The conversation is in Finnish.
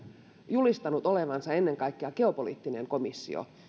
julistanut olevansa ennen kaikkea geopoliittinen komissio